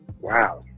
Wow